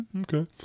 Okay